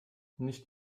nicht